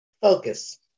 Focus